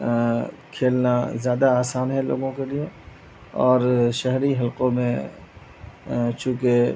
کھیلنا زیادہ آسان ہے لوگوں کے لیے اور شہری حلقوں میں چونکہ